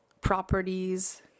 properties